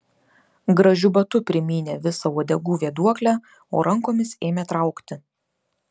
gražiu batu primynė visą uodegų vėduoklę o rankomis ėmė traukti